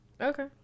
Okay